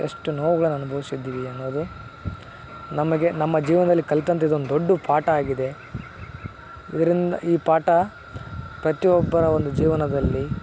ಎಷ್ಟು ನೋವುಗಳನ್ನು ಅನುಭವ್ಸಿದ್ದೀವಿ ಅನ್ನೋದು ನಮಗೆ ನಮ್ಮ ಜೀವನದಲ್ಲಿ ಕಲಿತಂಥ ಇದೊಂದು ದೊಡ್ಡ ಪಾಠ ಆಗಿದೆ ಇದರಿಂದ ಈ ಪಾಠ ಪ್ರತಿಯೊಬ್ಬರ ಒಂದು ಜೀವನದಲ್ಲಿ